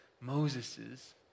Moses's